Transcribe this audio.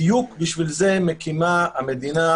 בדיוק בשביל זה מקימה המדינה,